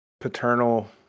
paternal